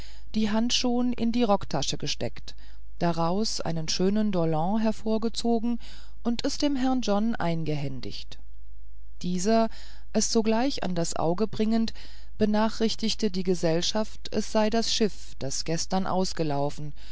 die hand schon in die rocktasche gesteckt daraus einen schönen dollond hervorgezogen und es dem herrn john eingehändigt dieser es sogleich an das aug bringend benachrichtigte die gesellschaft es sei das schiff das gestern ausgelaufen